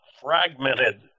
fragmented